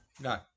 No